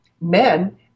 men